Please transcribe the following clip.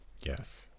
yes